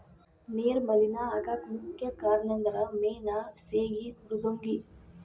ನೇರ ಮಲೇನಾ ಆಗಾಕ ಮುಖ್ಯ ಕಾರಣಂದರ ಮೇನಾ ಸೇಗಿ ಮೃದ್ವಂಗಿ